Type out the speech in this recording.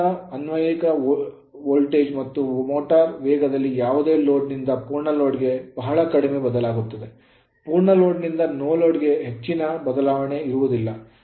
ಸ್ಥಿರವಾದ ಅನ್ವಯಿಕ ವೋಲ್ಟೇಜ್ ಮತ್ತು ಮೋಟರ್ ವೇಗದಲ್ಲಿ ಯಾವುದೇ ಲೋಡ್ ನಿಂದ ಪೂರ್ಣ ಲೋಡ್ ಗೆ ಬಹಳ ಕಡಿಮೆ ಬದಲಾಗುತ್ತದೆ ಪೂರ್ಣ ಲೋಡ್ ನಿಂದ no ಲೋಡ್ ಗೆ ಹೆಚ್ಚಿನ ಬದಲಾವಣೆ ಇಲ್ಲ